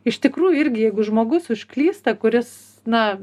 iš tikrųjų irgi jeigu žmogus užklysta kuris na